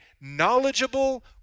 knowledgeable